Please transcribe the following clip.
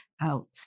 out